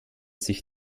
sich